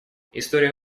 история